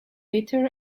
bitter